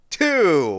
two